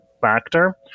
factor